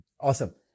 Awesome